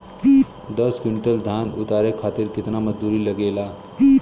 दस क्विंटल धान उतारे खातिर कितना मजदूरी लगे ला?